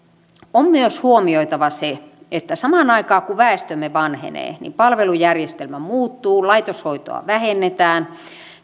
on myös huomioitava se että samaan aikaan kun väestömme vanhenee niin palvelujärjestelmä muuttuu laitoshoitoa vähennetään ja